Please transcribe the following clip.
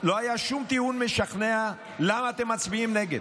טיעון משכנע למה אתם מצביעים נגד.